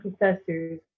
professors